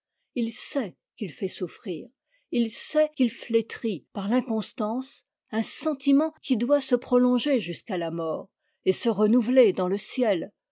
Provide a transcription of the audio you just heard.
il sait qu'il fait souffrir il sait qu'il flétrit par l'inconstance un sentiment qui doit se prolonger jusqu'à la mort et se renouveler dans le ciel